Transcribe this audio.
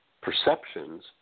perceptions